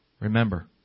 remember